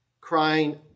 crying